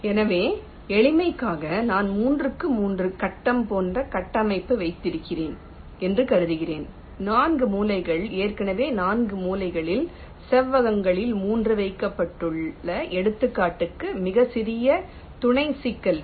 எனவே எளிமைக்காக நான் மூன்றுக்கு மூன்று கட்டம் போன்ற கட்டமைப்பு வைத்திருக்கிறேன் என்று கருதுகிறேன் நான்கு மூலைகள் ஏற்கனவே நான்கு மூலையில் செவ்வகங்களில் முன் வைக்கப்பட்டுள்ள எடுத்துக்காட்டுக்கு மிகச் சிறிய துணை சிக்கல் வி